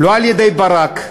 לא על-ידי ברק,